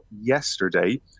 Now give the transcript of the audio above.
yesterday